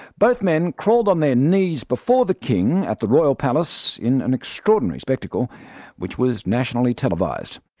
both men crawled on their knees before the king at the royal palace in an extraordinary spectacle which was nationally televised.